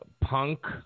punk